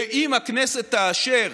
ואם הכנסת תאשר